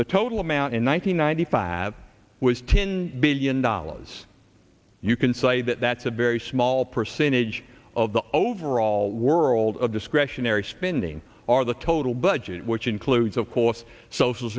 the total amount in one thousand ninety five was ten billion dollars you can say that that's a very small percentage of the overall world of discretionary spending or the total budget which includes of course social